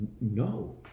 no